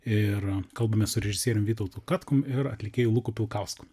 ir kalbamės su režisierium vytautu katkum ir atlikėju luku pilkausku